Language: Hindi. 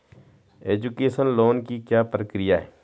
एजुकेशन लोन की क्या प्रक्रिया है?